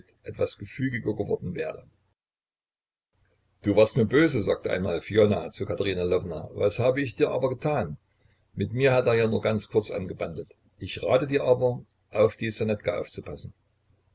etwas gefügiger geworden wäre du warst mir böse sagte einmal fiona zu katerina lwowna was habe ich dir aber getan mit mir hat er ja nur ganz kurz angebandelt ich rate dir aber auf die ssonetka aufzupassen